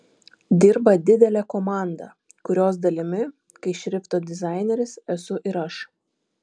dirba didelė komanda kurios dalimi kaip šrifto dizaineris esu ir aš